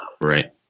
Right